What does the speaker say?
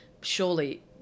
surely